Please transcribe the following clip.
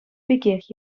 пекех